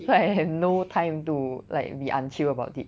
so I have no time to like be unchill about it